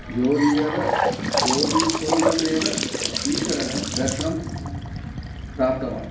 ज्योतिः एव ज्योतिः स्वरूपमेव ईश्वरः दर्शनं प्राप्तवान्